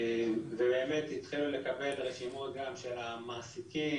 באמת היא התחילה לקבל רשימות גם של המעסיקים,